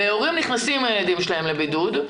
והורים נכנסים עם הילדים שלהם לבידוד.